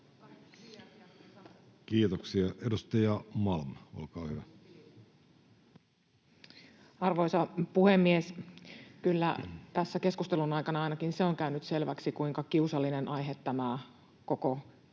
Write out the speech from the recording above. Kiitoksia. — Edustaja Malm, olkaa hyvä. Arvoisa puhemies! Kyllä tässä keskustelun aikana ainakin se on käynyt selväksi, kuinka kiusallinen aihe koko